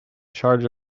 charge